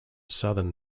southern